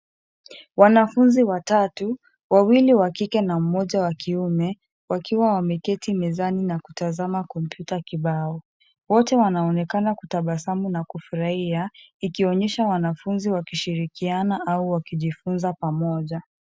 Wanafunzi watatu, wawili wa kike na mmoja wa kiume, wakiwa wameketi mezani na katazama kompyuta kibao. Wote wanaonekana kutabasamu na kufurahia ikionyesha wanafunzi wakishirikiana au wakijifunza pamoja.